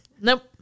Nope